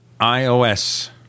IOS